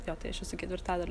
jo tai aš esu ketvirtadaliu